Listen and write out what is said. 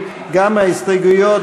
ההסתייגויות